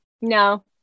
no